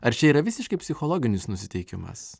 ar čia yra visiškai psichologinis nusiteikimas